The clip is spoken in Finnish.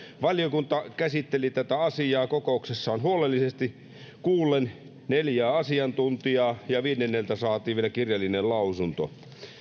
valiokunta käsitteli tätä asiaa kokouksessaan huolellisesti kuullen neljää asiantuntijaa ja viidenneltä saatiin vielä kirjallinen lausunto